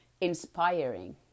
inspiring